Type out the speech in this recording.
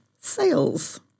sales